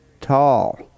tall